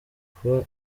kuba